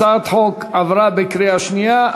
הצעת החוק עברה בקריאה שנייה.